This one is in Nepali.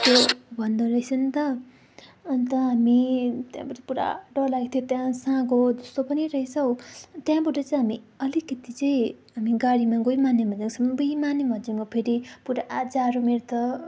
भन्दोरहेछ नि त अन्त हामी त्यहाँबाट पुरा डर लागेको थियो त्यहाँ साँघुजस्तो पनि रहेछ हो त्यहाँबाट चाहिँ हामी अलिकति चाहिँ हामी गाडीमा गयौँ मानेभञ्ज्याङसम्म मानेभञ्ज्याङमा फेरि पुरा जाडो मेरो त